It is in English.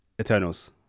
Eternals